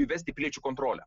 įvesti piliečių kontrolę